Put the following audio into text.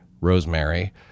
Rosemary